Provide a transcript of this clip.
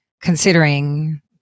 considering